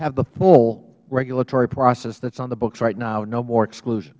have the full regulatory process that's on the books right now no more exclusion